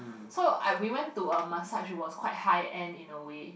so I we went to a massage it was quite high end in a way